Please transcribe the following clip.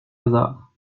hasard